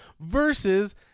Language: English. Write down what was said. Versus